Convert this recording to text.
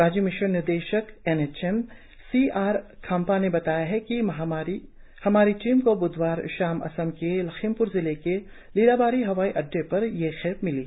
राज्य मिशन निदेशक N H M C R Khampa ने बताया है कि हमारी टीम को ब्धवार शाम असम के लखीमप्र जिले के लिलाबारी हवाई अड़डे पर यह खेप मिली